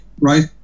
right